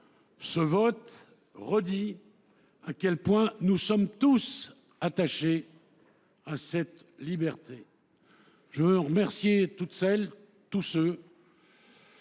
Ce vote réaffirme à quel point nous sommes tous attachés à cette liberté. Je remercie toutes celles et tous ceux